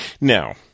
Now